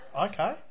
Okay